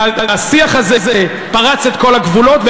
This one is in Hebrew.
והשיח הזה פרץ את כל הגבולות.